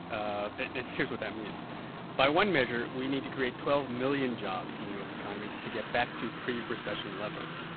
and here's what that means by one measure, we need to create twelve million jobs in the u s. economy to get back to pre-recession levels.